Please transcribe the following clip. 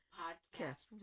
podcast